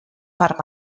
per